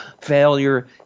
Failure